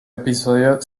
episodio